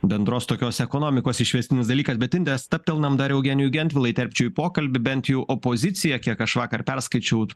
bendros tokios ekonomikos išvestinis dalykas bet indre stabtelnam dar eugenijų gentvilą įtempčiau į pokalbį bent jau opozicija kiek aš vakar perskaičiau